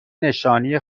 نشانی